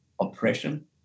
oppression